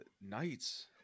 nights